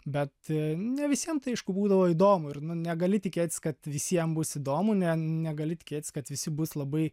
bet ne visiem tai aišku būdavo įdomu ir negali tikėtis kad visiem bus įdomu ne negali tikėtis kad visi bus labai